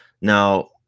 now